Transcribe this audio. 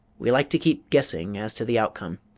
we like to keep guessing as to the outcome.